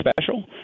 special